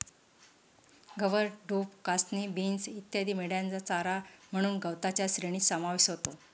गवत, डूब, कासनी, बीन्स इत्यादी मेंढ्यांचा चारा म्हणून गवताच्या श्रेणीत समावेश होतो